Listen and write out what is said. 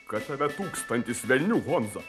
kad tave tūkstantis velnių honza